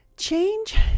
change